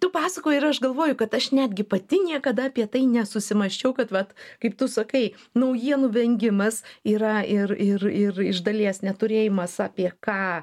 tu pasakoji ir aš galvoju kad aš netgi pati niekada apie tai nesusimąsčiau kad vat kaip tu sakai naujienų vengimas yra ir ir ir iš dalies neturėjimas apie ką